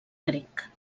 grec